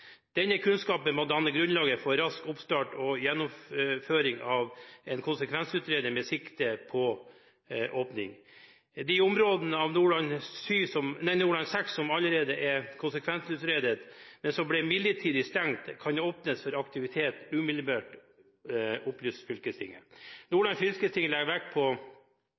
Denne kunnskapen må danne grunnlaget for rask oppstart av og gjennomføring av en konsekvensutredning med sikte på åpning. De områdene av Nordland VI som allerede er konsekvensutredet, men som ble midlertidig stengt, kan åpnes for aktivitet umiddelbart. Nordland fylkesting legger vekt på